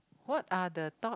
what are the thought